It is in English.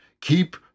Keep